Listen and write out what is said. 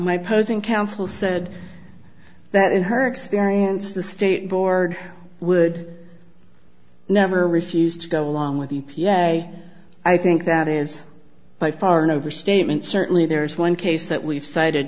my posing counsel said that in her experience the state board would never refused to go along with the p s a i think that is by far an overstatement certainly there is one case that we've cited